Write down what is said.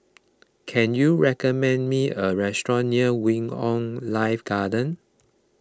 can you recommend me a restaurant near Wing on Life Garden